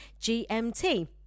GMT